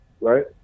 right